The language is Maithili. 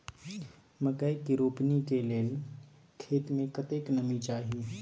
मकई के रोपनी के लेल खेत मे कतेक नमी चाही?